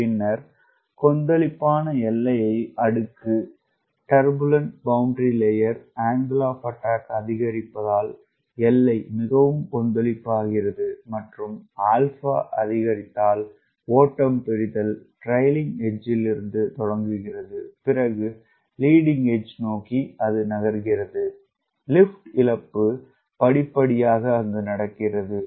பின்னர் கொந்தளிப்பான எல்லை அடுக்கு அங்கிள் ஆப் அட்டாக் அதிகரிப்பதால் எல்லை மிகவும் கொந்தளிப்பு ஆகிறது மற்றும் ஆல்பா அதிகரித்ததால் ஓட்டம் பிரித்தல் ட்ரைக்ளிங் எட்ஜ்ல் இருந்து தொடங்குகிறது பிறகு லீடிங் எட்ஜ் நோக்கி நகர்கிறது லிப்ட் இழப்பு படிப்படியாக நடக்கிறது